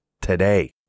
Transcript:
today